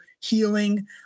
healing